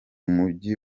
mujyi